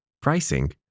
pricing